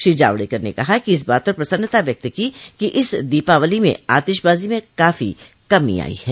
श्री जावड़ेकर ने इस बात पर प्रसन्नता व्यक्त की कि इस दीपावली में आतिशबाजी में काफी कमी आई है